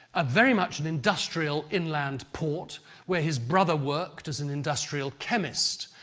ah very much an industrial, inland port where his brother worked as an industrial chemist,